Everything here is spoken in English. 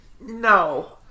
No